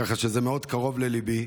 ככה שזה מאוד קרוב לליבי,